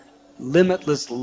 limitless